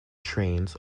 trains